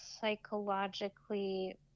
psychologically